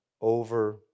over